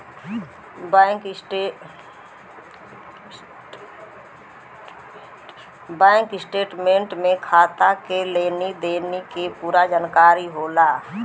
bank statement में खाता के लेनी देनी के पूरा जानकारी होला